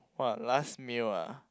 !wah! last meal ah